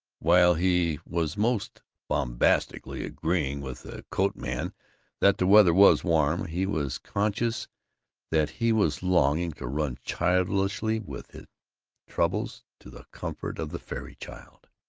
while he was most bombastically agreeing with the coat-man that the weather was warm, he was conscious that he was longing to run childishly with his troubles to the comfort of the fairy child.